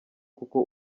kuko